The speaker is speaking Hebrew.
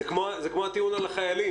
זה כמו הטיעון על החיילים.